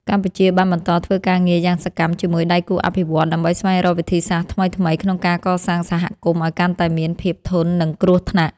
កម្ពុជាបានបន្តធ្វើការងារយ៉ាងសកម្មជាមួយដៃគូអភិវឌ្ឍន៍ ដើម្បីស្វែងរកវិធីសាស្ត្រថ្មីៗក្នុងការកសាងសហគមន៍ឱ្យកាន់តែមានភាពធន់នឹងគ្រោះថ្នាក់។